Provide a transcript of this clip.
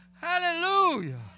Hallelujah